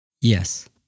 Yes